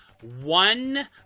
One